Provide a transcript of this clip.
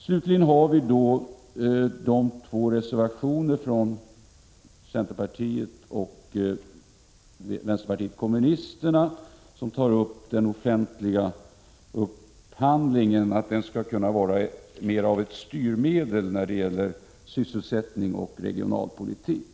Slutligen har vi de två reservationer från centerpartiet och vänsterpartiet kommunisterna som tar upp frågan om att den offentliga upphandlingen skall kunna vara mer av ett styrmedel när det gäller sysselsättning och regionalpolitik.